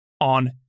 on